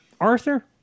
Arthur